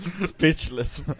speechless